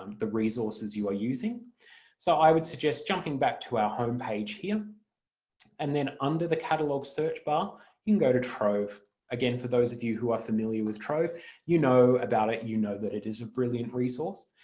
um the resources you are using so i would suggest jumping back to our homepage here and then under the catalogue search bar you can go to trove. again for those of you who are familiar with trove you know about it, you know that it is a brilliant resource.